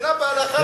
המדינה פלשה.